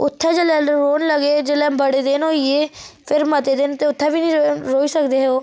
ते उत्थै जेल्ले ओल्ले लगे जेल्ले बड़े दिन होई गे फिर मते दिन ते उत्थै बी नी रेही सकदे हे ओह्